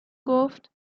گفت